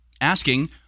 asking